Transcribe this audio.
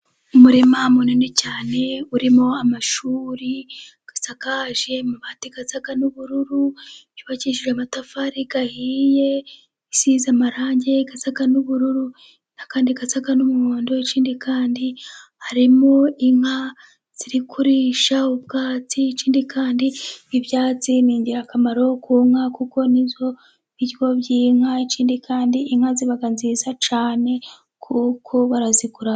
Umurima munini cyane urimo amashuri asakaje amabati asa n'ubururu, yubakishije amatafari ahiye asize amarange asa n'ubururu n'andi asa n'umuhondo. Ikindi kandi harimo inka ziri kurisha ubwatsi ,ikindi kandi ibyatsi ni ingirakamaro ku nka kuko ni byo biryo by'inka, ikindi kandi inka ziba nziza cyane kuko barazigura.